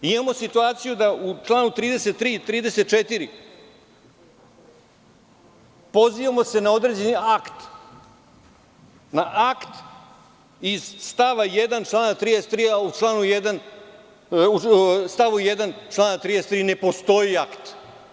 Imamo situaciju da se u članu 33. i 34. pozivamo na određeni akt, na akt iz stava 1. člana 33, a u stavu 1. člana 33. ne postoji akt.